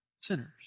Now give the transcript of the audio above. sinners